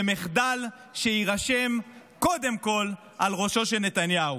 ומחדל שיירשם קודם כול על ראשו של נתניהו.